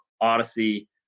Odyssey